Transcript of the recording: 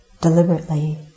deliberately